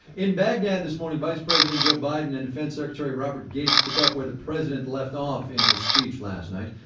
in baghdad this morning, vice president joe biden and defense secretary robert gates took up where the president left off in his speech last night.